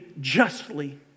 justly